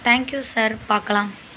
thank you sir பார்க்கலாம்